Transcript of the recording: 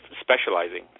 specializing